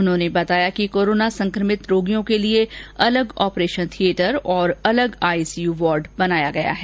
उन्होंने बताया कि कोरोना संक्रमित रोगियों के अलग ऑपरेशन थियेटर अलग आईसीयू वार्ड बनाया गया है